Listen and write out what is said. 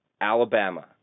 Alabama